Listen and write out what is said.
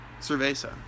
Cerveza